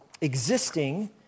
existing